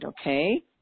okay